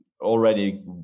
already